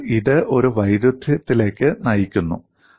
അതിനാൽ ഇത് ഒരു വൈരുദ്ധ്യത്തിലേക്ക് നയിക്കുന്നു